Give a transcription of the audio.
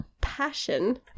passion